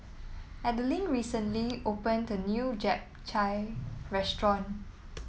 Adelyn recently opened a new Japchae Restaurant